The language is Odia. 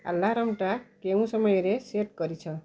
ଆଲାର୍ମ୍ଟା କେଉଁ ସମୟରେ ସେଟ୍ କରିଛ